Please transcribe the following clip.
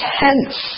tense